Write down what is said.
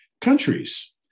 countries